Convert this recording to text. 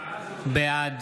בעד